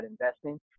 investing